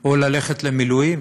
או ללכת למילואים,